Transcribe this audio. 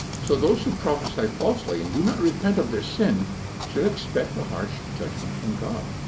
so those who prophesy falsely and do not repent of their sin should expect a harsh judgment from god.